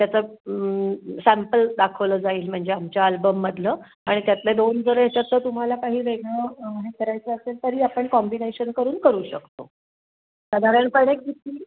त्याचं सॅम्पल दाखवलं जाईल म्हणजे आमच्या अल्बममधलं आणि त्यातले दोन जर ह्याच्यातून तुम्हाला काही वेगळं हे करायचं असेल तरी आपण कॉम्बिनेशन करून करू शकतो साधारणपणे किती